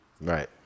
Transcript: Right